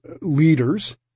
leaders